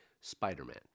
Spider-Man